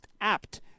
apt